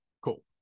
Cool